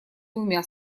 двумя